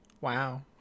Wow